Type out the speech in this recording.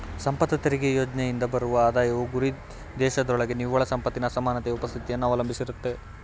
ಸಂಪತ್ತು ತೆರಿಗೆ ಯೋಜ್ನೆಯಿಂದ ಬರುವ ಆದಾಯವು ಗುರಿದೇಶದೊಳಗೆ ನಿವ್ವಳ ಸಂಪತ್ತಿನ ಅಸಮಾನತೆಯ ಉಪಸ್ಥಿತಿಯನ್ನ ಅವಲಂಬಿಸಿರುತ್ತೆ